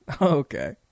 okay